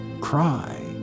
cry